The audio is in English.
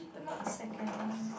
not second one eh